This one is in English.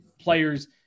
players